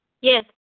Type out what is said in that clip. Yes